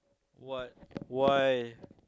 what why